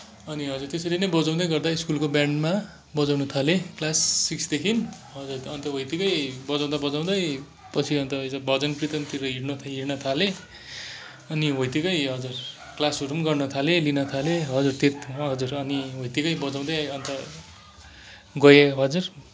अनि हजुर त्यसरी नै बजाउँदै गर्दा स्कुलको ब्यान्डमा बजाउन थालेँ क्लास सिक्सदेखि अन्त हो यतिकै बजाउँदा बजाउँदै पछि अन्त भजन कीर्तनतिर हिँड्न हिँड्न थालेँ अनि हो यतिकै हजुर क्लासहरू पनि गर्न थालेँ लिन थालेँ हजुर हजुर अनि हो यतिकै बजाउँदै अन्त गएँ हजुर